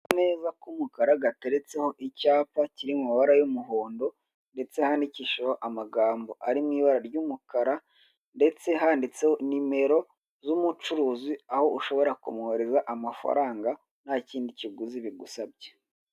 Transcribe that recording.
Akameza k'umukara gateretseho icyapa kiri mumabara y'umuhondo ndetse handikishijeho amagambo ari mu ibara ry'umukara, ndetse handitseho nimero z'umucuruzi aho ushobora kumwohereza amafaranga ntakindi kiguzi bigusabye.